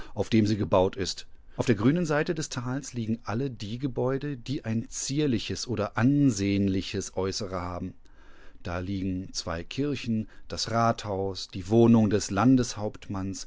auf dem sie gebaut ist auf der grünen seite des tals liegen alle die gebäude die ein zierliches oder ansehnliches äußere haben da liegen zwei kirchen das rathaus die wohnung des